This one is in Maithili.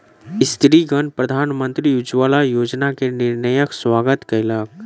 स्त्रीगण प्रधानमंत्री उज्ज्वला योजना के निर्णयक स्वागत कयलक